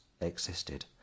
existed